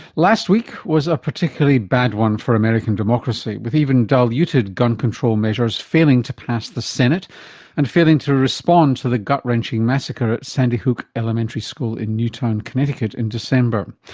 last week was a particularly bad one for american democracy with even diluted gun control measures failing to pass the senate and failing to respond to the gut wrenching massacre at sandy hook elementary school in newtown connecticut in december.